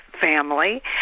family